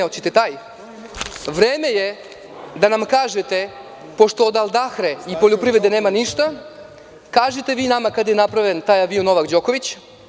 Vreme je da nam kažete, pošto od „Al dahre“ i poljoprivrede nema ništa, kažite nam kada je napravljen taj avion Novak Đoković.